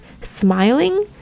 smiling